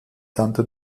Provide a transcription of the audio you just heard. santo